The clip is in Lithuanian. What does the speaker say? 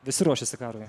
visi ruošiasi karui